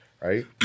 right